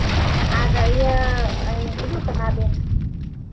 ᱟᱫᱚ ᱤᱭᱟᱹ ᱦᱤᱡᱩᱜ ᱠᱟᱱᱟᱵᱤᱱ